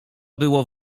było